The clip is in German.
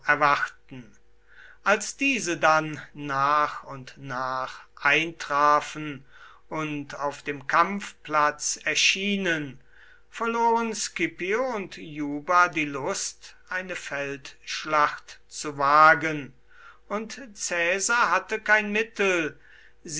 erwarten als diese dann nach und nach eintrafen und auf dem kampfplatz erschienen verloren scipio und juba die lust eine feldschlacht zu wagen und caesar hatte kein mittel